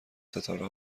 ستاره